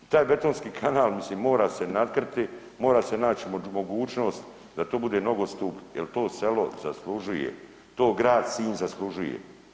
Taj betonski kanal mislim mora se natkriti, mora se naći mogućnost da tu bude nogostup jer to selo zaslužuje, to grad Sinj zaslužuje.